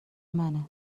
منه